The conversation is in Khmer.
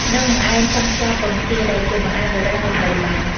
និង បង្អែមសង់ខ្យាពងទា ដែលជាបង្អែមបុរាណដ៏ល្បីល្បាញ។